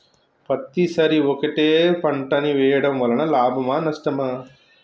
పత్తి సరి ఒకటే పంట ని వేయడం వలన లాభమా నష్టమా?